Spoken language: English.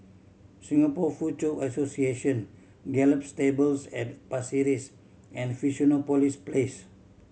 Singapore Foochow Association Gallop Stables at Pasir Ris and Fusionopolis Place